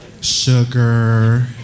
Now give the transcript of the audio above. Sugar